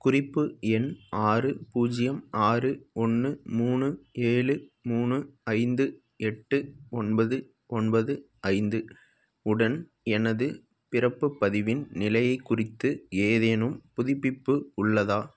குறிப்பு எண் ஆறு பூஜ்ஜியம் ஆறு ஒன்று மூணு ஏழு மூணு ஐந்து எட்டு ஒன்பது ஒன்பது ஐந்து உடன் எனது பிறப்புப் பதிவின் நிலையைக் குறித்து ஏதேனும் புதுப்பிப்பு உள்ளதா